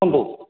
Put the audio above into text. କୁହନ୍ତୁ